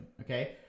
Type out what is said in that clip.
okay